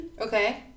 Okay